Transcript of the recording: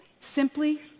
simply